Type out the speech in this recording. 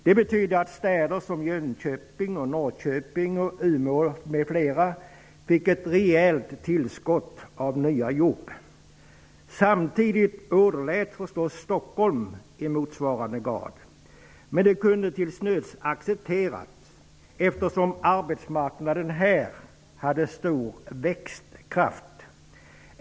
Det betydde att städer som Jönköping, Norrköping och Samtidigt åderläts förstås Stockholm i motsvarande grad. Det kunde till nöds accepteras, eftersom arbetsmarknaden här hade stor växtkraft.